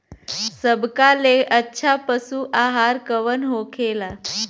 सबका ले अच्छा पशु आहार कवन होखेला?